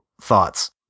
thoughts